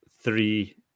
three